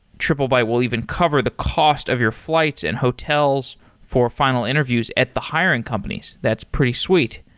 triplebyte will even cover the cost of your flights and hotels for final interviews at the hiring companies. that's pretty sweet.